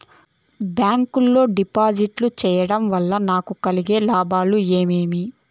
Bank లో డిపాజిట్లు సేయడం వల్ల నాకు కలిగే లాభాలు ఏమేమి?